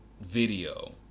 video